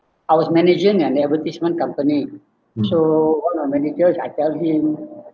I was managing an advertisement company so one of managers I tell him